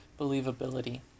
believability